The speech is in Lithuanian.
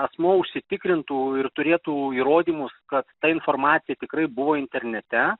asmuo užsitikrintų ir turėtų įrodymus kad ta informacija tikrai buvo internete